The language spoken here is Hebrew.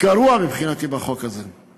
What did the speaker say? גרוע מבחינתי בחוק הזה: